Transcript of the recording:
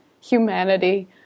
humanity